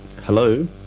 Hello